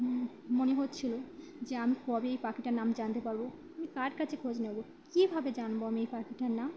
মনে হচ্ছিল যে আমি কবে এই পাখিটার নাম জানতে পারব কার কাছে খোঁজ নেব কী ভাবে জানব আমি এই পাখিটার নাম